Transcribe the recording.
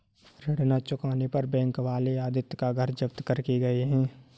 ऋण ना चुकाने पर बैंक वाले आदित्य का घर जब्त करके गए हैं